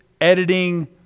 editing